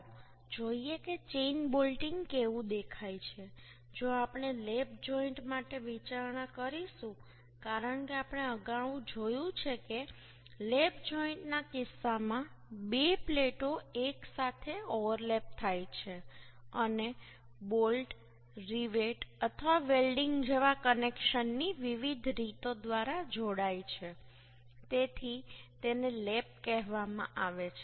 ચાલો જોઈએ કે ચેઈન બોલ્ટિંગ કેવું દેખાય છે જો આપણે લેપ જોઈન્ટ માટે વિચારણા કરીશું કારણ કે આપણે અગાઉ જોયું કે લેપ જોઈન્ટના કિસ્સામાં બે પ્લેટો એકસાથે ઓવરલેપ થાય છે અને બોલ્ટ રિવેટ અથવા વેલ્ડીંગ જેવા કનેક્શનની વિવિધ રીતો દ્વારા જોડાય છે તેથી તેને લેપ કહેવામાં આવે છે